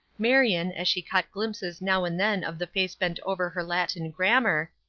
marion, as she caught glimpses now and then of the face bent over her latin grammar,